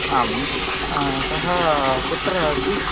आं सः कुत्र अस्ति